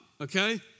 Okay